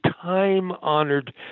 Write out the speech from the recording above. time-honored